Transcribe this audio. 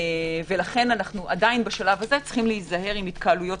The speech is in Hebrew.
לכן אנחנו עדיין בשלב הזה צריכים להיזהר מהתקהלויות